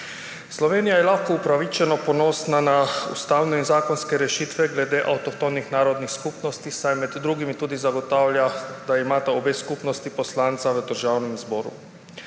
Slovenija je lahko upravičeno ponosna na ustavne in zakonske rešitve glede avtohtonih narodnih skupnosti, saj med drugim tudi zagotavlja, da imata obe skupnosti poslanca v Državnem zboru.